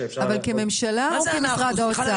אבל כממשלה או כמשרד האוצר?